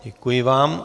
Děkuji vám.